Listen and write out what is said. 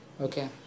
okay